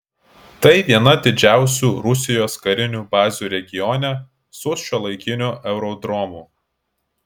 tai viena didžiausių rusijos karinių bazių regione su šiuolaikiniu aerodromu